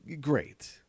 great